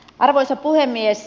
arvoisa puhemies